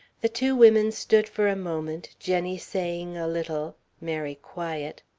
the two women stood for a moment, jenny saying a little, mary quiet.